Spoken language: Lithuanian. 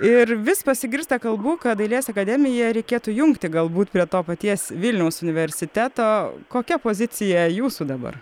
ir vis pasigirsta kalbų kad dailės akademiją reikėtų jungti galbūt prie to paties vilniaus universiteto kokia pozicija jūsų dabar